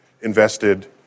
invested